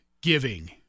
giving